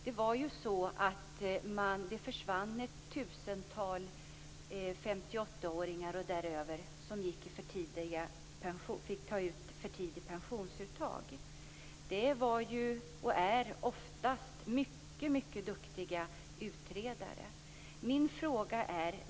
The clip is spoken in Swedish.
Det försvann ett tusental personer som var 58 år och äldre i samband med att de fick ta ut förtida pension. Det var, och är, oftast mycket duktiga utredare.